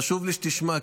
חשוב לי שתשמע,